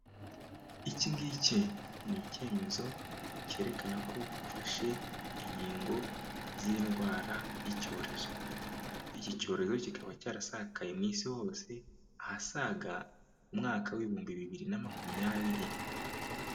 Iki ngiki ni icyemezo cyerekana ko ufashe inkingo z'indwara y'icyorezo, iki cyorezo kikaba cyarasakaye mu isi hose ahasaga umwaka w'ibihumbi bibiri na makumyabiri.